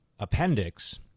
appendix